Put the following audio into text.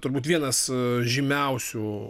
turbūt vienas žymiausių